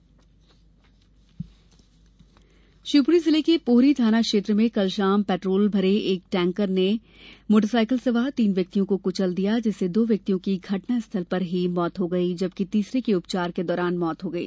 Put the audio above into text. सड़क दुर्घटना शिवपुरी जिले के पोहरी थाना क्षेत्र में कल शाम पेट्रोल से भरे एक टैंकर ने मोटरसाइकिल सवार तीन व्यक्तियों को कुचल दिया जिससे दो व्यक्तियों की घटनास्थल पर ही मौत हो गई जबकि तीसरे की उपचार के दौरान मौत हो गई